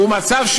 זה מצב,